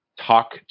talk